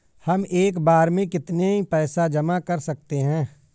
हम एक बार में कितनी पैसे जमा कर सकते हैं?